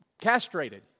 castrated